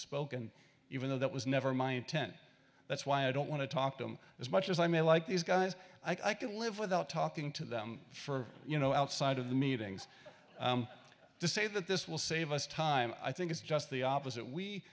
spoken even though that was never my intent that's why i don't want to talk to him as much as i may like these guys i could live without talking to them for you know outside of the meetings to say that this will save us time i think it's just the opposite we